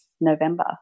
November